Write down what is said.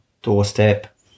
doorstep